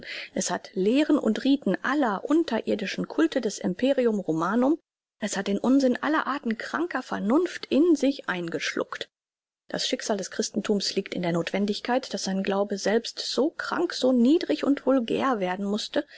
es hat lehren und riten aller unterirdischen culte des imperium romanum es hat den unsinn aller arten kranker vernunft in sich eingeschluckt das schicksal des christenthums liegt in der nothwendigkeit daß sein glaube selbst so krank so niedrig und vulgär werden mußte